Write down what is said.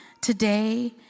today